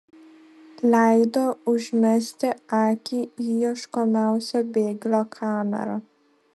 leido užmesti akį į ieškomiausio bėglio kamerą